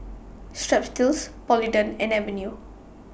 Strepsils Polident and Avene